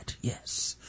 Yes